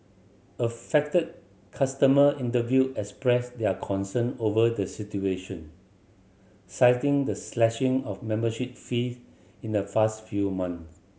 affected customer interviewed expressed their concern over the situation citing the slashing of membership fees in the fast few months